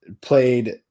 played